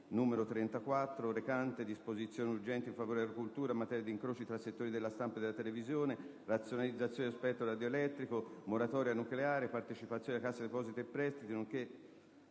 n. 34, recante disposizioni urgenti in favore della cultura, in materia di incroci tra settori della stampa e della televisione, di razionalizzazione dello spettro radioelettrico, di moratoria nucleare, di partecipazioni della Cassa depositi e prestiti, nonché